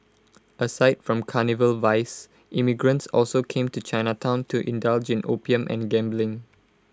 aside from carnal vice immigrants also came to Chinatown to indulge in opium and gambling